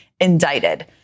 indicted